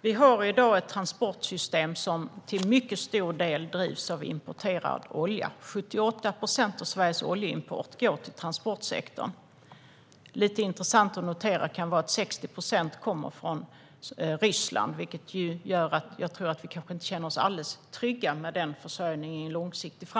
Vi har i dag ett transportsystem som till stor del drivs av importerad olja. 78 procent av Sveriges oljeimport går till transportsektorn. Det kan vara intressant att notera att 60 procent av oljan kommer från Ryssland, och vi kanske inte känner oss alldeles trygga med den försörjningen långsiktigt.